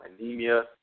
anemia